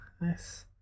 nice